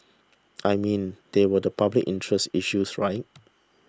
I mean these were the public interest issues right